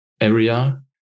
area